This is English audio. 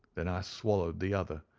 then i swallowed the other,